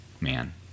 man